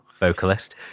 vocalist